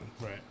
Right